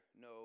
no